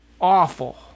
awful